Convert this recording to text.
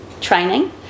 training